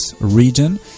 region